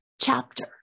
chapter